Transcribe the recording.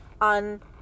on